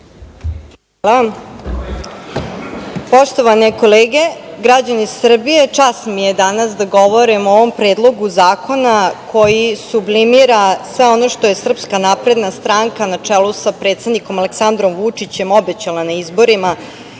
Hvala. Poštovane kolege, građani Srbije, čast mi je danas da govorim o ovom predlogu zakona koji sublimira sve ono što je SNS na čelu sa predsednikom Aleksandrom Vučićem obećala na izborima